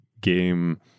game